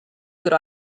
good